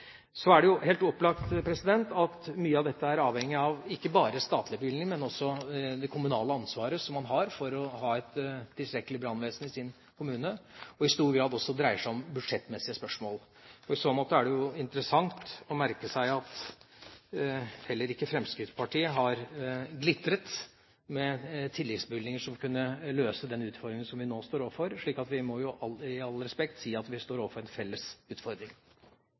Så er det jo helt opplagt at mye av dette er avhengig av ikke bare statlige bevilgninger, men også det kommunale ansvaret man har for å ha et tilstrekkelig brannvesen i sin kommune, og i stor grad også dreier seg om budsjettmessige spørsmål. I så måte er det jo interessant å merke seg at heller ikke Fremskrittspartiet har glitret med tilleggsbevilgninger som kunne løse den utfordringen som vi nå står overfor, så vi må med all respekt si at vi står overfor en felles utfordring.